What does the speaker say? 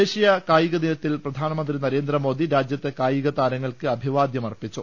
ദേശീയ കായികദിനത്തിൽ പ്രധാനമന്ത്രി നരേന്ദ്രമോദി രാജ്യത്തെ കായിക താരങ്ങൾക്ക് അഭിവാദൃം അർപ്പിച്ചു